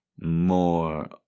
more